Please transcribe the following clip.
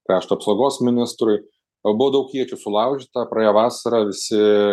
krašto apsaugos ministrui labai daug iečių sulaužyta praėjo vasara visi